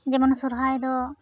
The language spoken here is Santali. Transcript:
ᱡᱮᱢᱚᱱ ᱥᱚᱨᱦᱟᱭ ᱫᱚ